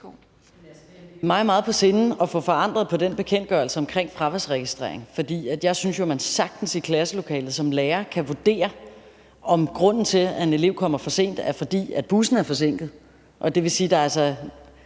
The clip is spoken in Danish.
meget, meget på sinde at få forandret den bekendtgørelse om fraværsregistrering. Jeg synes jo, at man sagtens i klasselokalet som lærer kan vurdere, om grunden til, at en elev kommer for sent, er, at bussen er forsinket. Det vil sige, at der måske